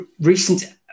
recent